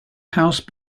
house